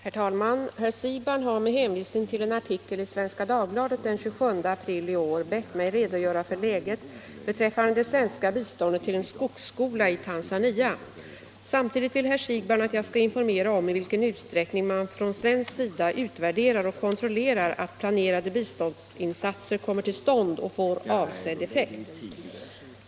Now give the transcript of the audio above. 339, och anförde: Herr talman! Herr Siegbahn har med hänvisning till en artikel i Svenska Om kontroll av Dagbladet den 27 april i år bett mig redogöra för läget beträffande det svenska — planerade biståndsbiståndet till en skogsskola i Tanzania. Samtidigt vill herr Siegbahn att jag — åtgärder skall informera om i vilken utsträckning man från svensk sida utvärderar och kontrollerar att planerade biståndsinsatser kommer till stånd och får avsedd effekt.